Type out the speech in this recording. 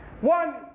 one